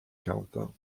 countdown